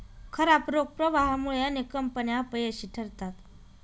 खराब रोख प्रवाहामुळे अनेक कंपन्या अपयशी ठरतात